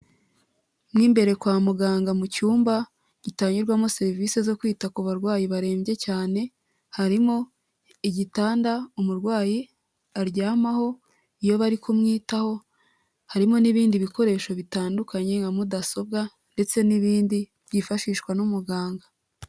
Mo imbere kwa muganga mu cyumba gitangirwamo serivise zo kwita ku barwayi barembye cyane harimo igitanda umurwayi aryamaho iyo bari kumwitaho, harimo n'ibindi bikoresho bitandukanye nka mudasobwa ndetse n'ibindi byifashishwa n'umuganga.